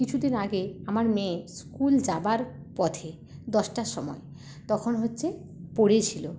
কিছু দিন আগে আমার মেয়ে স্কুল যাবার পথে দশটার সময় তখন হচ্ছে পড়েছিল